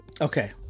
okay